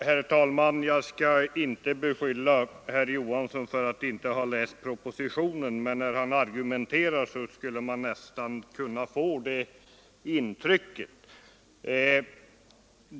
Herr talman! Jag skall inte beskylla herr Johansson i Holmgården för att inte ha läst propositionen, men när han argumenterar får man nästan det intrycket.